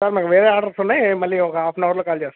sir మాకు వేరే orders ఉన్నాయి మళ్ళీ ఒక హాఫ్ ఎన్ అవర్లో కాల్ చేస్తాను